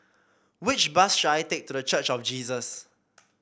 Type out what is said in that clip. which bus should I take to The Church of Jesus